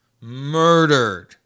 Murdered